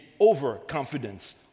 overconfidence